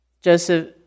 Joseph